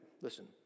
listen